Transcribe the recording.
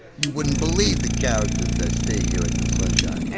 you wouldn't believe the characters that stay here at the sunshine.